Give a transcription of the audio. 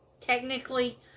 technically